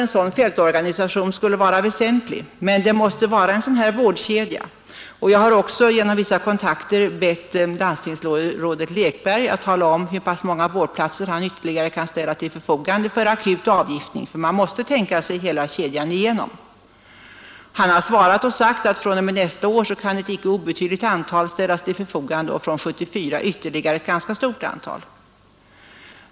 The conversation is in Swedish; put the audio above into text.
En sådan fältorganisation skulle vara väsentlig, men det måste vara en vårdkedja. Jag har också genom vissa kontakter bett landstingsrådet Lekberg att tala om hur många vårdplatser han ytterligare kan ställa till förfogande för akut avgiftning. Han har svarat att fr.o.m. nästa år kan ett icke obetydligt antal platser ställas till förfogande och från 1974 ytterligare ett ganska stort antal.